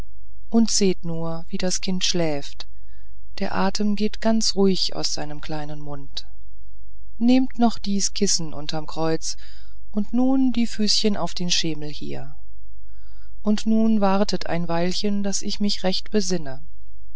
und seht nur wie das kind schläft der atem geht ganz ruhig aus dem kleinen munde nehmt noch dies kissen unterm kreuz und nun die füßchen auf den schemel hier und nun wartet ein weilchen daß ich mich recht besinne